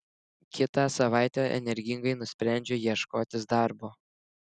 kitą savaitę energingai nusprendžiu ieškotis darbo